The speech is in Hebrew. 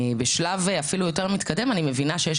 בשלב אפילו יותר מתקדם אני מבינה שיש